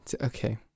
Okay